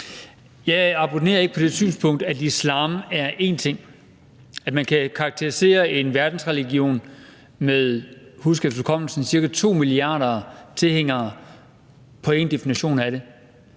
Jeg abonnerer ikke på det synspunkt, at islam kun er én ting, og at man kan karakterisere og definere en verdensreligion med, så vidt jeg husker, cirka 2 milliarder tilhængere på kun én måde.